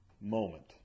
moment